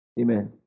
Amen